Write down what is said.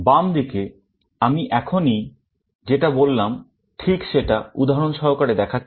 বামদিকে আমি এখনই যেটা বললাম ঠিক সেটা উদাহরণ সহকারে দেখাচ্ছে